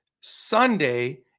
Sunday